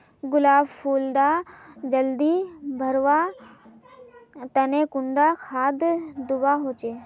गुलाब फुल डा जल्दी बढ़वा तने कुंडा खाद दूवा होछै?